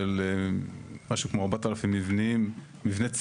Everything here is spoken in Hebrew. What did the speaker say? של משהו כמו 4,000 מבני ציבור.